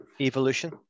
Evolution